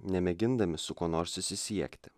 nemėgindami su kuo nors susisiekti